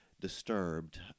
disturbed